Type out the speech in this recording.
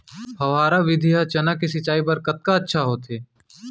फव्वारा विधि ह चना के सिंचाई बर कतका अच्छा होथे?